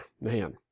Man